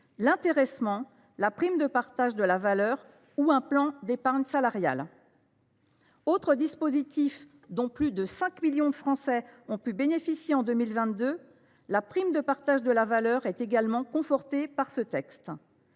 l’intéressement, la prime de partage de la valeur ou un plan d’épargne salariale. Dispositif dont plus de 5 millions de Français ont pu bénéficier en 2022, la prime de partage de la valeur est également confortée par ce texte.